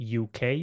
uk